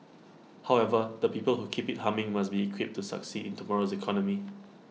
however the people who keep IT humming must be equipped to succeed in tomorrow's economy